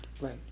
right